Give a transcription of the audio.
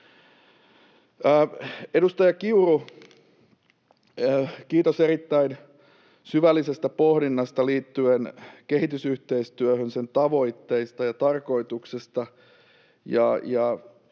Edustaja Kiuru, kiitos erittäin syvällisestä pohdinnasta liittyen kehitysyhteistyöhön, sen tavoitteista ja tarkoituksesta.